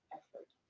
effort